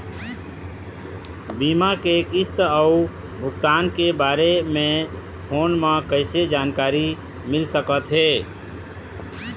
बीमा के किस्त अऊ भुगतान के बारे मे फोन म कइसे जानकारी मिल सकत हे?